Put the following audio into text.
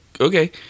okay